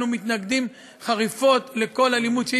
אנחנו מתנגדים חריפות לכל אלימות שהיא.